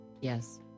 Yes